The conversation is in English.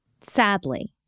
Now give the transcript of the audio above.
Sadly